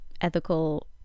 ethical